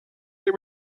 eine